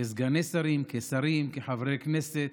כסגני שרים, כשרים, כחברי כנסת.